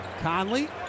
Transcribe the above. Conley